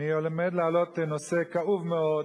אני עומד להעלות נושא כאוב מאוד,